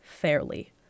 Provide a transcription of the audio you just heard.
fairly